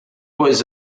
was